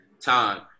time